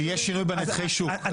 כשיהיה שינוי בנתחי השוק, יושב הראש.